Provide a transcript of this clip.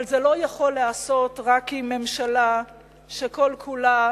אבל זה לא יכול להיעשות עם ממשלה שכל כולה